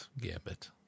Gambit